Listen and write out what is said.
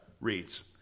reads